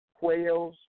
Whales